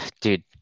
Dude